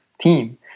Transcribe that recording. team